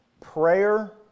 prayer